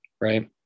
right